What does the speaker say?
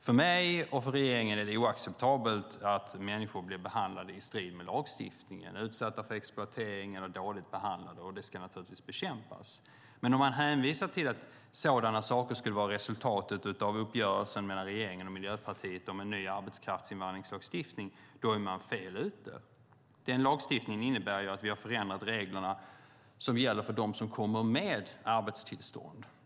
För mig och regeringen är det oacceptabelt att människor blir behandlade i strid med lagstiftningen, att de blir utsatta för exploatering eller blir dåligt behandlade. Det ska naturligtvis bekämpas. Om man hänvisar till att sådant skulle vara resultatet av uppgörelsen mellan regeringen och Miljöpartiet om en ny arbetskraftsinvandringslagstiftning är man fel ute. Den lagstiftningen innebär att vi har förändrat reglerna för dem som kommer hit med arbetstillstånd.